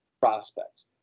prospects